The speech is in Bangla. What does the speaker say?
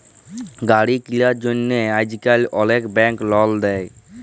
গাড়ি কিলার জ্যনহে আইজকাল অলেক ব্যাংক লল দেই